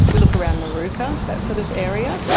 we look around moorooka, that sort of area,